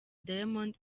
diamond